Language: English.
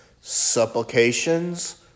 supplications